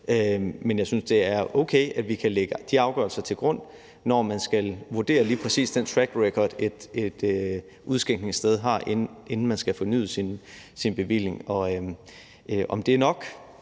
Men jeg synes, det er okay, at vi kan lægge de afgørelser til grund, når man skal vurdere lige præcis den track record, et udskænkningssted har, inden det skal have fornyet sin bevilling. Om det er nok,